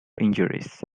injuries